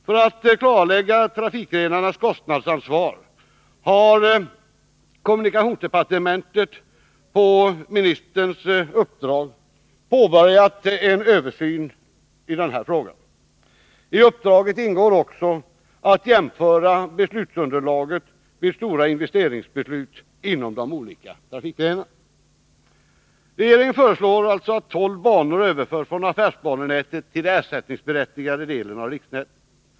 För att klarlägga trafikgrenarnas kostnadsansvar har kommunikationsdepartementet på uppdrag av kommunikationsministern påbörjat en översyn av denna fråga. I uppdraget ingår också att jämföra beslutsunderlaget vid stora investeringsbeslut inom de olika trafikgrenarna. Regeringen föreslår som sagt att tolv banor överförs från affärsbanenätet till den ersättningsberättigade delen av riksnätet.